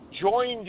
joined